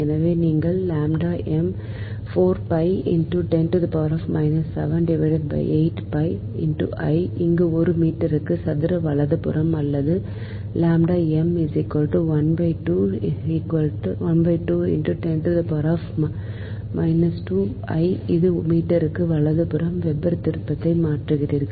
எனவே நீங்கள் இங்கே ஒரு மீட்டருக்கு சதுர வலதுபுறமாக அல்லது ஒரு மீட்டருக்கு வலதுபுறமாக வெபர் திருப்பத்தை மாற்றுகிறீர்கள்